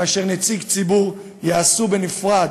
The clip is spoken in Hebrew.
כך שנציגי ציבור ימונו בנפרד,